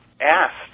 asked